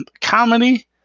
comedy